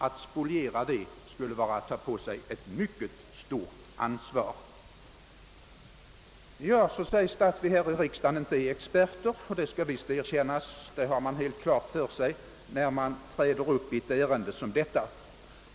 Att spoliera det: skulle vara, att ta på sig ett mycket stort ansvar. = Det har sagts i debatten att vi här i riksdagen inte är flygplatsexperter. Det skall visst erkännas; det har man helt klart för sig när man uppträder i ett ärende som detta.